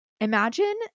imagine